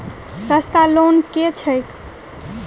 सस्ता लोन केँ छैक